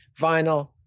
vinyl